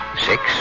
Six